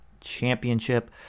Championship